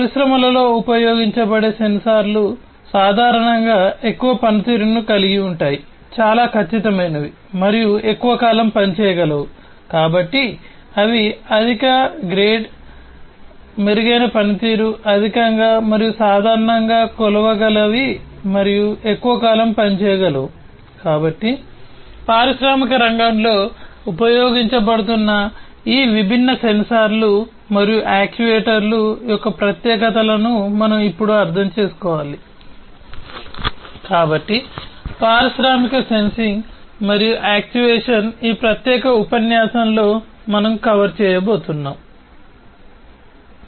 పరిశ్రమలలో ఉపయోగించబడే సెన్సార్లు సాధారణంగా ఎక్కువ పనితీరును కలిగి ఉంటాయి చాలా ఖచ్చితమైనవి మరియు యాక్చుయేషన్ ఈ ప్రత్యేక ఉపన్యాసంలో మనం కవర్ చేయబోతున్నాం